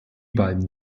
beiden